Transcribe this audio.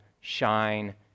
shine